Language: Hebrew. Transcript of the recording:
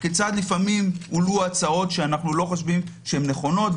כיצד לפעמים הועלו הצעות שאיננו חושבים שהן נכונות,